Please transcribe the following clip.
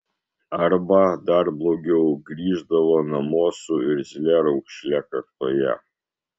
arba dar blogiau grįždavo namo su irzlia raukšle kaktoje